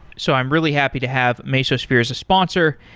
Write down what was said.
so i'm really happy to have mesosphere as a sponsor,